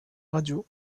radio